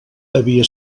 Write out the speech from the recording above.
havia